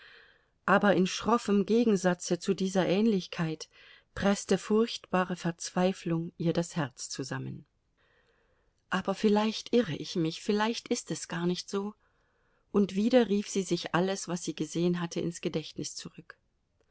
aber in schroffem gegensatze zu dieser ähnlichkeit preßte furchtbare verzweiflung ihr das herz zusammen aber vielleicht irre ich mich vielleicht ist es gar nicht so und wieder rief sie sich alles was sie gesehen hatte ins gedächtnis zurück